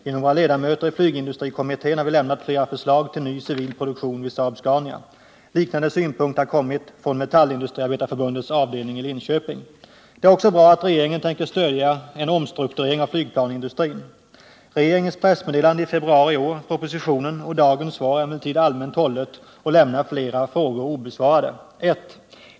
Genom våra ledamöter i flygindustrikommittén har vi lämnat flera förslag till ny civil produktion vid Saab-Scania. Liknande synpunkter har kommit från Metallindustriarbetareförbundets avdelning i Linköping. Det är också bra att regeringen tänker stödja en omstrukturering av flygplansindustrin. Regeringens pressmeddelande i februari i år, propositionen och dagens svar är emellertid allmänt hållna och lämnar flera frågor obesvarade. 1.